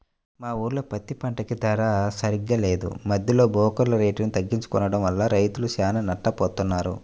మా ఊర్లో పత్తి పంటకి ధర సరిగ్గా లేదు, మద్దెలో బోకర్లే రేటుని తగ్గించి కొనడం వల్ల రైతులు చానా నట్టపోతన్నారు